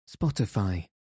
Spotify